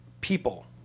people